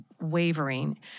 wavering